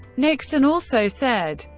nixon also said,